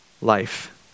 life